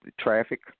Traffic